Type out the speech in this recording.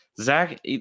Zach